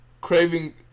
craving